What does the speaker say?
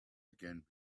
again